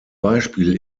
beispiel